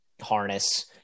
harness